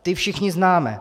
Ta všichni známe.